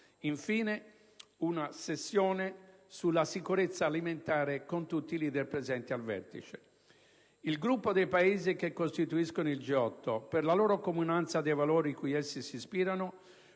infine, una sessione sulla sicurezza alimentare con tutti i *leader* presenti al vertice. Il gruppo dei Paesi che costituiscono il G8, per la comunanza dei valori cui essi si ispirano,